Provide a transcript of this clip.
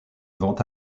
vente